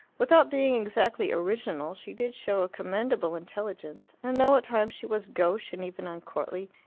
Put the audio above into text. without being exactly original, she did show a commendable intelligence, and though at times she was gauche and even uncourtly,